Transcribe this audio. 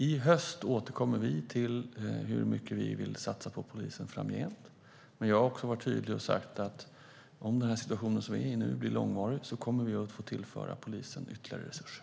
I höst återkommer vi till hur mycket vi vill satsa på polisen framgent. Jag har varit tydlig och sagt att om den situation som vi nu är i blir långvarig kommer vi att få tillföra polisen ytterligare resurser.